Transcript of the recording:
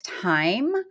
time